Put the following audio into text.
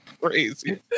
crazy